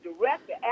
director